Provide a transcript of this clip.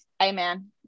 amen